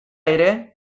ere